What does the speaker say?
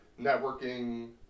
networking